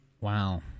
wow